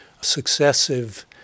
successive